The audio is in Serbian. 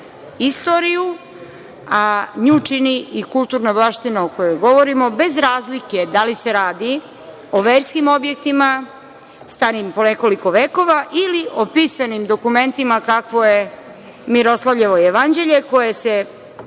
istoriju, a nju čini i kulturna baština o kojoj govorimo, bez razlike da li se radi o verskim objektima starim po nekoliko vekova ili o pisanim dokumentima kakvo je Miroslavljevo jevanđelje koje se